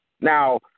Now